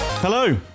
Hello